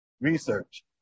research